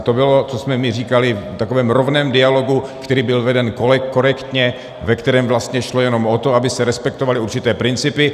To bylo, co jsme my říkali v takovém rovném dialogu, který byl veden korektně, ve kterém vlastně šlo jenom o to, aby se respektovaly určité principy.